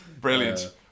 Brilliant